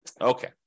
Okay